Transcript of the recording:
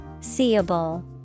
Seeable